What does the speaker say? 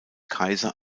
kaiser